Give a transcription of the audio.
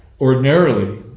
ordinarily